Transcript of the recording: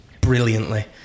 brilliantly